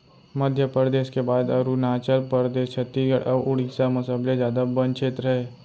मध्यपरेदस के बाद अरूनाचल परदेस, छत्तीसगढ़ अउ उड़ीसा म सबले जादा बन छेत्र हे